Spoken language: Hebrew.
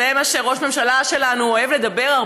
על זה ראש הממשלה שלנו אוהב לדבר,